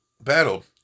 battle